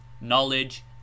knowledge